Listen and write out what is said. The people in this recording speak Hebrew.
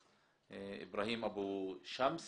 איברהים אבו שמס